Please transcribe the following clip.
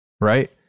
right